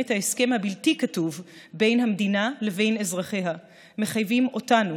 את ההסכם הבלתי-כתוב בין המדינה לבין אזרחיה מחייבים אותנו